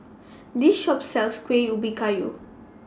This Shop sells Kueh Ubi Kayu